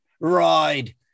ride